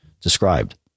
described